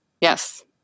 yes